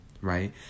right